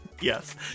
Yes